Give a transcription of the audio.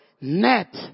net